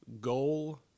goal